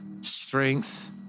strength